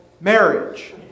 marriage